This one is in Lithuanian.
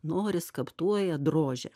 nori skaptuoja drožia